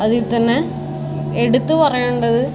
അതിൽ തന്നെ എടുത്ത് പറയേണ്ടത്